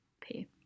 Pay